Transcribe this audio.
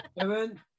Kevin